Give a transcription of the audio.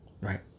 Right